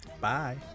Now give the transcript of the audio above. Bye